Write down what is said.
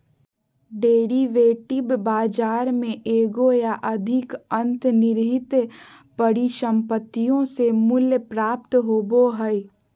derivative बाजार में एगो या अधिक अंतर्निहित परिसंपत्तियों से मूल्य प्राप्त होबो हइ